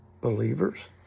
believers